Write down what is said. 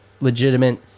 legitimate